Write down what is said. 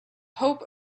hope